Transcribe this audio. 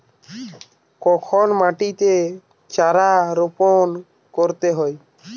কখন মাটিতে চারা রোপণ করতে হয়?